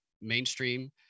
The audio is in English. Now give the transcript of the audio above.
mainstream